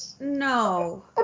No